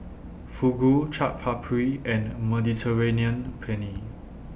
Fugu Chaat Papri and Mediterranean Penne